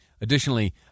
Additionally